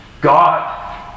God